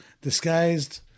disguised